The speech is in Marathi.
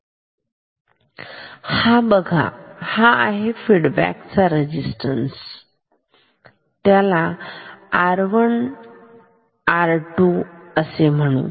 तर हा आहे फीडबॅक चा रजिस्टरस त्याला R 1 R 2 असे म्हणू